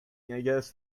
guess